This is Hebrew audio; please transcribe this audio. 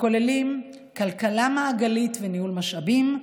הכוללים כלכלה מעגלית וניהול משאבים,